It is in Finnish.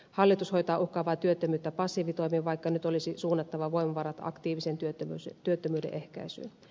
hallitus hoitaa uhkaavaa työttömyyttä passiivitoimin vaikka nyt olisi suunnattava voimavarat aktiiviseen työttömyyden ehkäisyyn